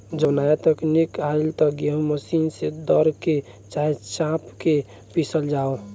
जब नाया तकनीक आईल त गेहूँ मशीन से दर के, चाहे चाप के पिसल जाव